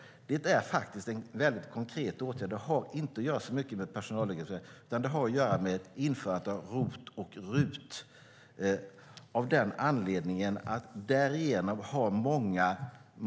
Det är en konkret åtgärd som inte har så mycket med personalrekrytering att göra. Det har med införandet av ROT och RUT att göra.